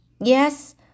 Yes